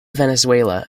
venezuela